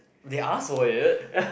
they ask for it